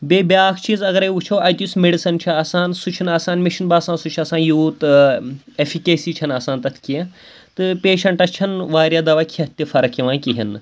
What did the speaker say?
بیٚیہِ بیٛاکھ چیٖز اَگَرے وٕچھو اَتہِ یُس میڈِسَن چھُ آسان سُہ چھُ نہٕ آسان مےٚ چھُ نہٕ باسان سُہ چھُ آسان یوٗت ایٚفِکیسی چھَنہٕ آسان تَتھ کینٛہہ تہٕ پیشَنٹَس چھَنہٕ واریاہ دَوا کھٮ۪تھ تہِ فرق یِوان کِہیٖنۍ نہٕ